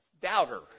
doubter